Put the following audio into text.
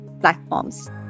platforms